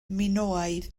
minoaidd